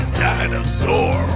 dinosaur